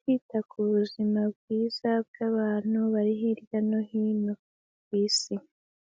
kwita ku buzima bwiza bw'abantu bari hirya no hino ku isi.